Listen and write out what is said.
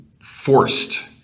forced